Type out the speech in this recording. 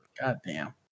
Goddamn